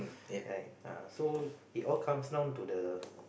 like uh so it all comes down to the